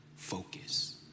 Focus